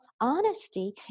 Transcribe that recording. honesty